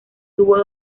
tuvo